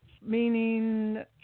meaning